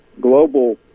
global